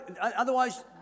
Otherwise